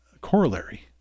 corollary